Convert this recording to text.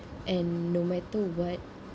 and no matter what